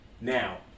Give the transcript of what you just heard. now